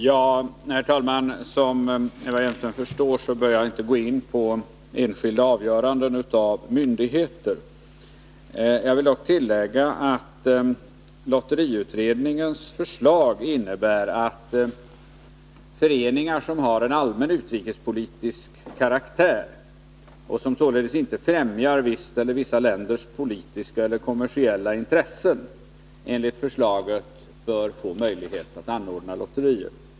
Herr talman! Som Eva Hjelmström förstår bör jag inte gå in på enskilda avgöranden av myndigheter. Jag vill dock tillägga att lotteriutredningens förslag innebär att föreningar som har en allmän utrikespolitisk karaktär och som således inte främjar visst lands eller vissa länders politiska eller kommersiella intressen enligt förslaget bör få möjlighet att anordna lotteri.